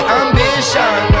ambition